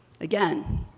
Again